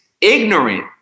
ignorant